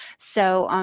so,